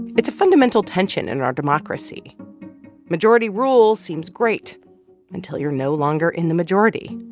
it's a fundamental tension in our democracy majority rule seems great until you're no longer in the majority.